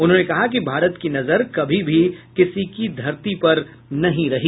उन्होंने कहा कि भारत की नजर कभी भी किसी की धरती पर नहीं रही